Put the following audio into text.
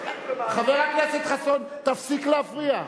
חבר הכנסת חסון תפסיק להפריע.